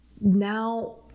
now